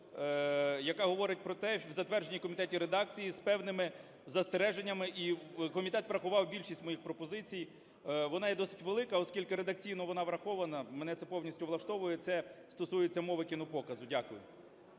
яка говорить про те, в затвердженій комітеті редакції, з певними застереженнями і комітет врахував більшість моїх пропозицій. Вона є досить велика, оскільки редакційно вона врахована, мене це повністю влаштовує, це стосується мови кінопоказу. Дякую.